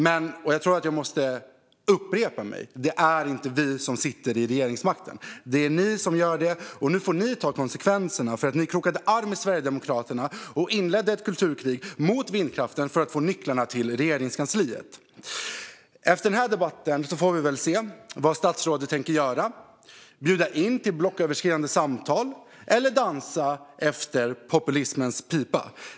Men - jag tror att jag måste upprepa mig - det är inte vi som sitter vid regeringsmakten. Det är ni som gör det, och nu får ni ta konsekvenserna av att ni krokade arm med Sverigedemokraterna och inledde ett kulturkrig mot vindkraften för att få nycklarna till Regeringskansliet. Efter denna debatt får vi se vad statsrådet tänker göra - bjuda in till blocköverskridande samtal eller dansa efter populismens pipa.